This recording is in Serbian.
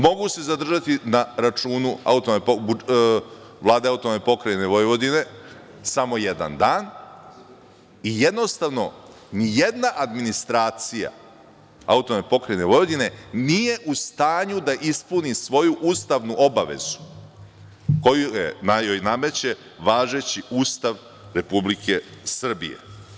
Mogu se zadržati na računu Vlade AP Vojvodine samo jedan dan i jednostavno ni jedna administracija AP Vojvodine nije u stanju da ispuni svoju ustavnu obavezu koju joj nameće važeći Ustav Republike Srbije.